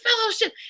fellowship